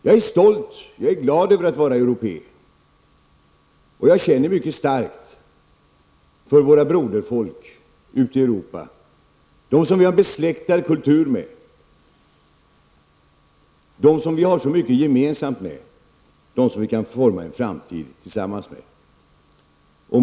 Jag är stolt och glad över att vara europé, och jag känner mycket starkt för våra broderfolk ute i Europa, för dem som vi har besläktad kultur med, dem som vi har så mycket gemensamt med, dem som vi kan forma en framtid tillsammans med.